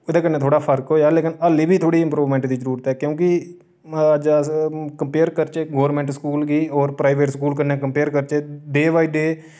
ओह्दे कन्नै थोह्ड़ा फर्क होएआ लेकिन हल्ले बी थोह्ड़ी इम्प्रूवमेंट दी जरूरत ऐ क्यूंकि अज्ज अस कंपेयर करचै गोरमैंट स्कूल गी और प्राइवेट स्कूल कन्नै कंपेयर करचै डेबाईडे